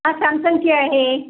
आ सॅमसंगची आहे